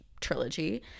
Trilogy